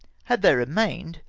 had they remained,